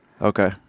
Okay